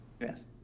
Yes